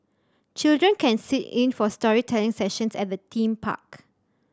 children can sit in for storytelling sessions at the theme park